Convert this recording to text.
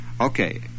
Okay